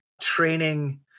training